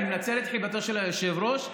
אני מנצל את חיבתו של היושב-ראש,